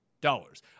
dollars